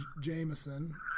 Jameson